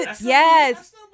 Yes